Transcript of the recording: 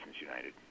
United